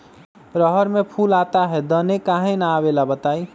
रहर मे फूल आता हैं दने काहे न आबेले बताई?